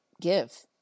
give